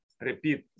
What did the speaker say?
repeat